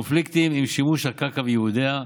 קונפליקטים עם שימוש הקרקע וייעודיה,